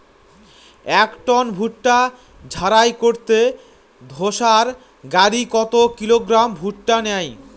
এক টন ভুট্টা ঝাড়াই করতে থেসার গাড়ী কত কিলোগ্রাম ভুট্টা নেয়?